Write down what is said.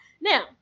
Now